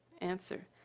Answer